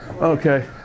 Okay